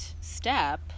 step